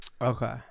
Okay